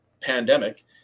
pandemic